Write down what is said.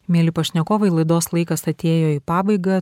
mieli pašnekovai laidos laikas atėjo į pabaigą